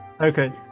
Okay